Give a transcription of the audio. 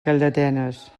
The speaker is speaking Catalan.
calldetenes